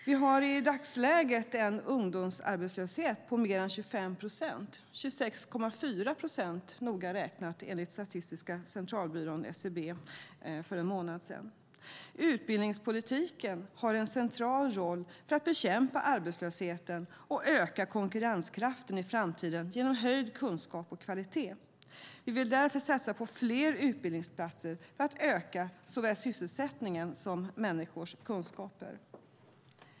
Vi har i dagsläget en ungdomsarbetslöshet på mer än 25 procent, 26,4 procent noga räknat enligt Statistiska centralbyrån, SCB, för en månad sedan. Utbildningspolitiken har en central roll för att bekämpa arbetslösheten och öka konkurrenskraften i framtiden genom höjd kunskap och kvalitet. Vi vill därför satsa på fler utbildningsplatser för att öka såväl sysselsättningen som människors kunskaper.